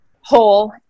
whole